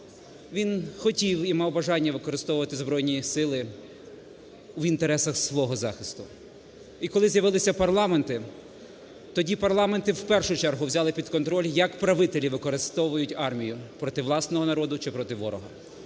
він хотів і мав бажання використовувати збройні сили в інтересах свого захисту. І коли з'явилися парламенти, тоді парламенти в першу чергу взяли під контроль, як правителі використовують армію: проти власного народу чи проти ворога.